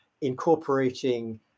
incorporating